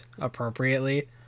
appropriately